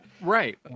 Right